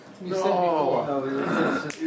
No